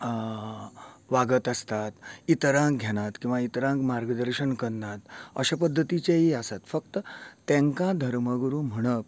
वागत आसतात इतरांक घेनात किंवां इतरांक मार्गदर्शन करनात अशें पध्दतीचेयी आसता फक्त तेंकां धर्मगुरू म्हणप